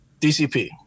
DCP